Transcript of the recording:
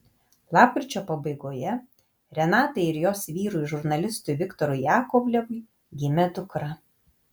lapkričio pabaigoje renatai ir jos vyrui žurnalistui viktorui jakovlevui gimė dukra